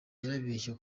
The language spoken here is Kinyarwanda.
yarabeshye